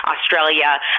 Australia